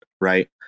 right